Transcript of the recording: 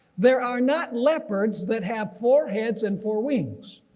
there are not leopards that have four heads and four wings.